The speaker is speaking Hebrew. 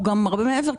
הוא גם הרבה מעבר לזה,